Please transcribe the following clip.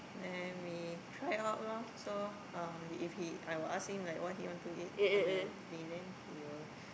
then we try out lor so uh if he I will ask him what he like to eat for the day then he will